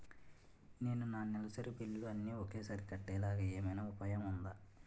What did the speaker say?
నేను నా నెలసరి బిల్లులు అన్ని ఒకేసారి కట్టేలాగా ఏమైనా ఉపాయం ఉందా?